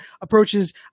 approaches